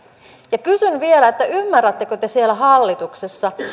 ja kysyn vielä ymmärrättekö te siellä hallituksessa